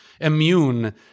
immune